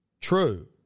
True